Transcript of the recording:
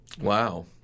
Wow